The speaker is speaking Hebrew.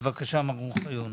בבקשה, מר אוחיון.